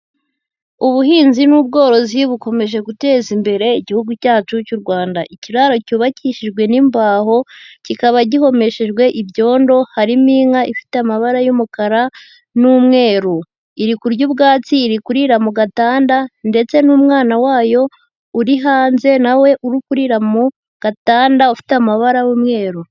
Ubuhinzi n'ubworozi bukomeje guteza imbere igihugu cyacu cy'u Rwanda, ikiraro cyubakishijwe n'imbaho kikaba gihomeshejwe ibyondo, harimo inka ifite amabara y'umukara n'umweru, iri kurya ubwatsi, iri kurira mu gatanda ndetse n'umwana wayo uri hanze na we uri kurira mu gatanda ufite amabara y'umweru.